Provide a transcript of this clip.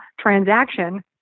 transaction